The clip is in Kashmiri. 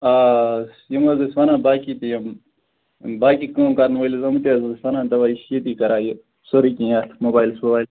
آ یِم حظ ٲسۍ وَنان بَاقٕے تہِ یِم باقٕے کٲم کَرن وٲلۍ حظ آمِتۍ حظ یِم ٲس وَنان تَوے أسۍ چھِ ییٚتی کران یہِ سورُے کیٚنٛہہ موبایلَس ووبایلَس